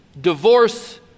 divorce